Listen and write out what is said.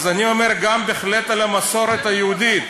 אז אני אומר, גם בהחלט על המסורת היהודית,